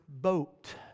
boat